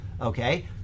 okay